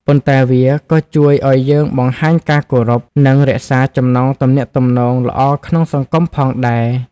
ប៉ុន្តែវាក៏ជួយឱ្យយើងបង្ហាញការគោរព និងរក្សាចំណងទំនាក់ទំនងល្អក្នុងសង្គមផងដែរ។